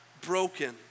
broken